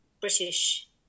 British